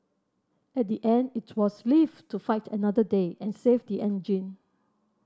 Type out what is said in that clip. at the end it was live to fight another day and save the engine